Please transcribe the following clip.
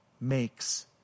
makes